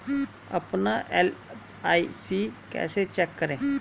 अपना एल.आई.सी कैसे चेक करें?